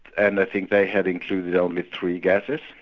and i think they had included only three gases.